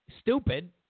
stupid